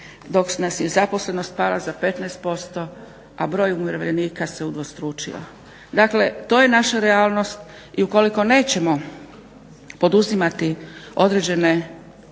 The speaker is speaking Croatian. dok nam je zaposlenost pala za 15% a broj umirovljenika se udvostručio. Dakle, to je naša realnost i ukoliko nećemo poduzimati određene